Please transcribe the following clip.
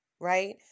right